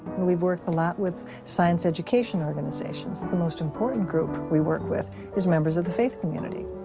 and we've worked a lot with science education organizations. the most important group we work with is members of the faith community,